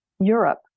Europe